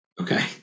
Okay